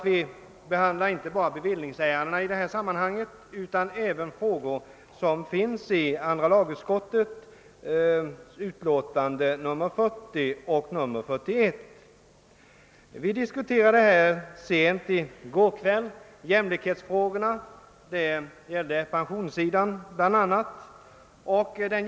Vi behandlar ju inte bara bevillningsärenden i detta sammanhang utan även frågor som tagits upp i andra lagutskottets utlåtanden nr 40 och nr 41. Vi diskuterade jämlikhetsfrågorna sent i går kväll, bl.a. pensionsåldern.